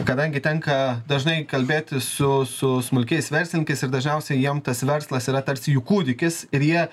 kadangi tenka dažnai kalbėti su su smulkiais verslininkais ir dažniausiai jiem tas verslas yra tarsi jų kūdikis ir jie